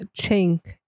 chink